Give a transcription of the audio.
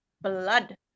blood